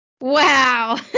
Wow